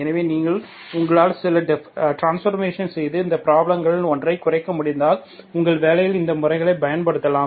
எனவே இதற்கு நீங்கள் உங்களால் சில டிரான்ஸ்ஃபர்மேஷனை செய்து இந்த பிராப்லங்கள்களில் ஒன்றை குறைக்க முடிந்தால் உங்கள் வேலையில் இந்த முறைகளைப் பயன்படுத்தலாம்